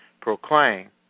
proclaim